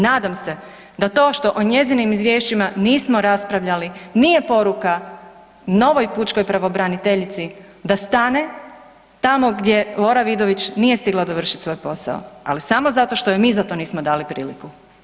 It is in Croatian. Nadam se da to što o njezinim izvješćima nismo raspravljali, nije poruka novoj pučkoj pravobraniteljici da stane tamo gdje Lora Vidović nije stigla dovršiti svoj posao ali samo zato što je mi za to nismo dali priliku.